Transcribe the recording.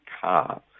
car